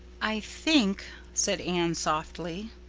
i think, said anne softly,